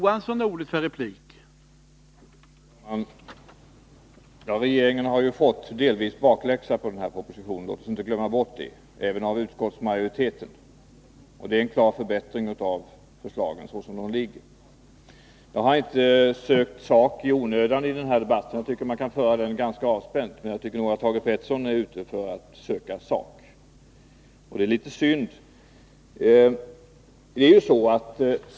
Herr talman! Regeringen har ju delvis fått bakläxa på den här propositionen, även av utskottsmajoriteten — låt oss inte glömma bort det. Det är en klar förbättring av förslagen såsom de ligger. Jag har inte sökt sak i onödan i den här debatten. Jag tycker att man kan föra den ganska avspänt. Jag tycker nog att Thage Peterson är ute för att söka sak — det är litet synd.